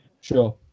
Sure